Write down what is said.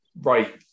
right